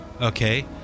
okay